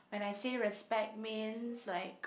when I say respect means like